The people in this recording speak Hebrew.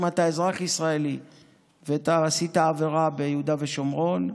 אם אתה אזרח ישראלי ואתה עשית עבירה ביהודה ושומרון,